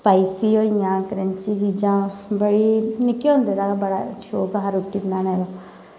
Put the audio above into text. spicy होई गेइयां crunchy चीजां बड़ी मिक्की होंदी दा गै शौक हा रुट्टी बनाने दा